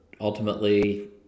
ultimately